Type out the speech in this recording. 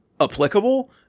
applicable